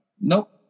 Nope